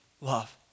love